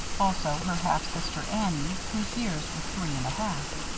also her half-sister annie, whose years were three and a half.